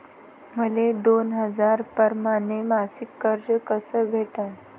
मले दोन हजार परमाने मासिक कर्ज कस भेटन?